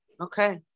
Okay